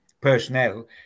personnel